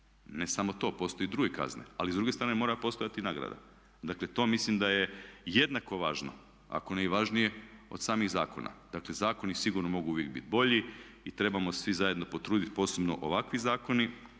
Ne samo to, postoje i druge kazne ali s druge strane mora postojati i nagrada. Dakle to mislim da je jednako važno ako ne i važnije od samih zakona. Dakle zakoni sigurno mogu uvijek biti bolji i trebamo svi zajedno potruditi, posebno ovakvi zakoni